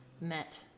met